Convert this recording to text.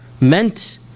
meant